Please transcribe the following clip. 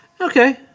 Okay